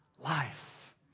life